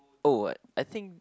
oh I think